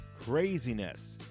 craziness